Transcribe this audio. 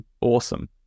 awesome